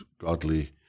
godly